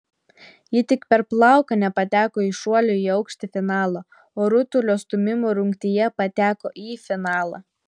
ji tik per plauką nepateko į šuolio į aukštį finalą o rutulio stūmimo rungtyje pateko į finalą